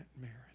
marriage